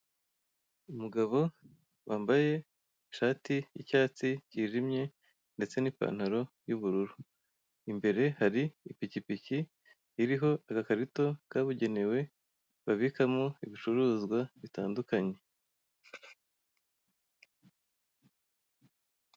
Umugabo wambaye ishati y'icyatsi kijimye ndetse n'ipantaro y'ubururu imbere hari ipikipiki iriho agakarito kabugenewe babikamo ibicuruzwa bitandukanye